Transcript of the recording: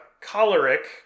choleric